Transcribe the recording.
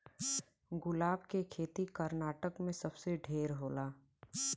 गुलाब के खेती कर्नाटक में सबसे ढेर होला